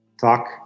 talk